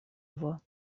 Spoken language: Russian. его